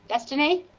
destiny?